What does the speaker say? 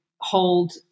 hold